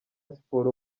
siporo